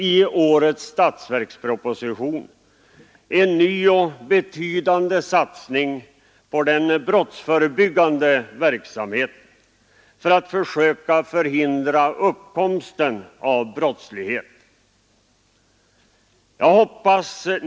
I årets statsverksproposition föreslås en ny och betydande satsning på den brottsförebyggande verksamheten, för att försöka förhindra uppkomsten av brottslighet.